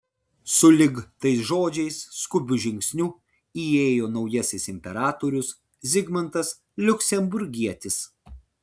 sulig tais žodžiais skubiu žingsniu įėjo naujasis imperatorius zigmantas liuksemburgietis